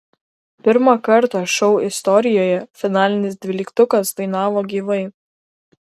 pirmą kartą šou istorijoje finalinis dvyliktukas dainavo gyvai